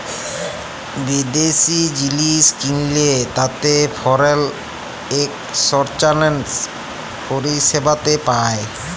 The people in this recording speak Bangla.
বিদ্যাশি জিলিস কিললে তাতে ফরেল একসচ্যানেজ পরিসেবাতে পায়